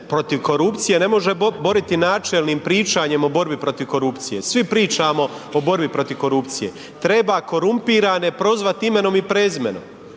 protiv korupcije ne može boriti načelnim pričanjem o borbi protiv korupcije. Svi pričamo o borbi protiv korupcije. Treba korumpirane prozvati imenom i prezimenom,